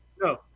No